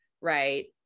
right